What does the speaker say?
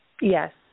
Yes